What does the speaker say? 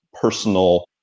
personal